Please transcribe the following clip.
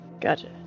gotcha